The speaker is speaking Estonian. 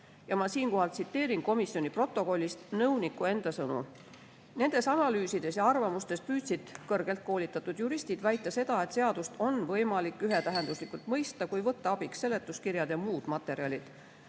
Ma siinkohal tsiteerin komisjoni protokollist nõuniku enda sõnu."Nendes analüüsides ja arvamustes püüdsid kõrgelt koolitatud juristid väita seda, et seadust on [siiski] võimalik ühetähenduslikult mõista, kui võtta abiks seletuskirjad ja muud materjalid.